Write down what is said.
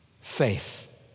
faith